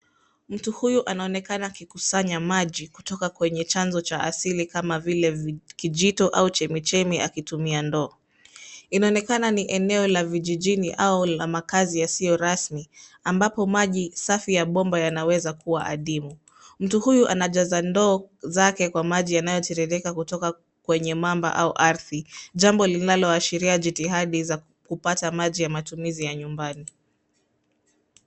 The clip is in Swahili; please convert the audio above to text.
Mtu huyu anaonekana akikusanya maji kutoka kwenye chanzo cha asili kama vile kijito au chemichemi akitumia ndoo. Inaonekana ni eneo la vijijini au la makazi yasiyo rasmi, ambapo maji safi ya bomba yanaweza kuwa adimu. Mtu huyu anajaza ndoo zake kwa maji yanayotiririka kutoka kwenye mamba au ardhi, jambo lililolashiria jitihadi za kupata maji ya matumizi ya nyumbani.